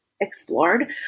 explored